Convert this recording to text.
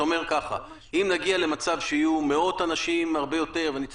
אתה אומר כך: אם נגיע למצב שיהיו מאות אנשים ונצטרך